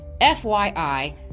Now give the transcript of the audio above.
FYI